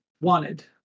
wanted